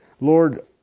Lord